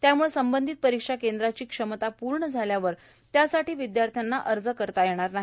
त्यामुळं संबंधितपरीक्षा केंद्राची क्षमता पूर्ण झाल्यावर त्यासाठी विदयार्थ्यांना अर्ज करता येणार नाही